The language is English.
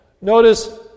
Notice